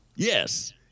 Yes